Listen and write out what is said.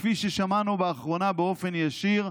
כפי ששמענו באחרונה באופן ישיר,